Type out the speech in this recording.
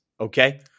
Okay